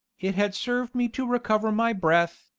it had served me to recover my breath,